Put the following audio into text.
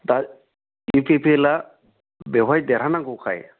दा इउ पि पि एलआ बेवहाय देरहानांगौखाय